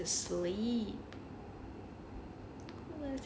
such amazing weather to sleep